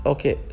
Okay